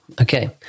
okay